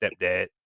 stepdad